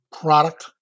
product